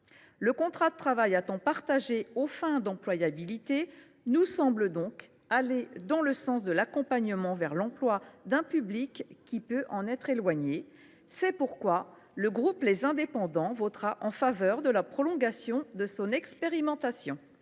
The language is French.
Le contrat de travail à temps partagé aux fins d’employabilité nous semble donc aller dans le sens de l’accompagnement vers l’emploi d’un public qui peut en être éloigné. C’est pourquoi le groupe Les Indépendants votera en faveur de la prolongation de son expérimentation.